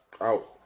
Out